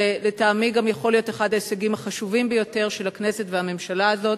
ולטעמי גם יכול להיות אחד ההישגים החשובים ביותר של הכנסת והממשלה הזאת.